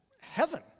heaven